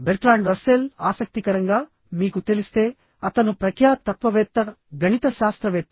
Bertrand Russell ఆసక్తికరంగా మీకు తెలిస్తే అతను ప్రఖ్యాత తత్వవేత్త గణిత శాస్త్రవేత్త